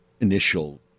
initial